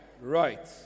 Right